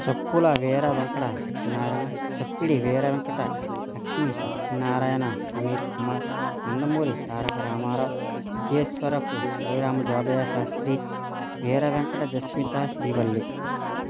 చెప్పుల వీర వెంకట సత్యనారాయణ చప్పిడి వీర వెంకట లక్ష్మి సత్యనారాయణ సమీర్ కుమార్ నందమూరి తారక రామారావ్ విజేస్వరపు హరి రామ జోగయ్య శాస్త్రి వీర వెంకట జశ్విత శ్రీవల్లి